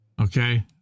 Okay